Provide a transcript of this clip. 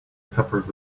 peppered